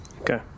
Okay